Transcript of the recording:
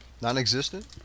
Non-existent